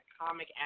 comic